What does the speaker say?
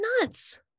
nuts